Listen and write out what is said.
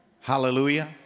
Hallelujah